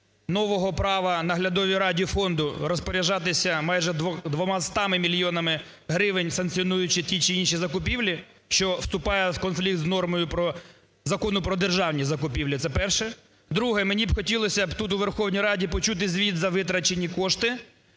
нового права наглядовій раді фонду розпоряджатися майже двомастами мільйонами гривень, санкціонуючи ті чи інші закупівлі, що вступає в конфлікт з нормою Закону "Про державні закупівлі". Це перше. Друге. Мені хотілося б тут, у Верховній Раді, почути звіт за витрачені кошти.